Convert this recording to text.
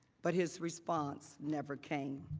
but his response never came.